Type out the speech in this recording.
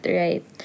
right